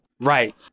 Right